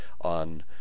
on